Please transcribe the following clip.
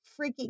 freaking